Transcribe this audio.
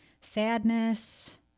sadness